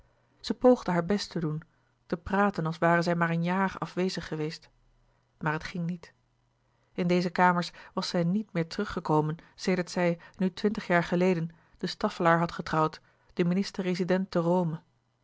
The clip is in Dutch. zij poogde haar best te doen te praten als ware zij maar een jaar afwezig geweest maar het ging niet in deze kamers was zij niet meer terug gekomen sedert zij nu twintig jaar geleden de staffelaer had getrouwd den minister rezident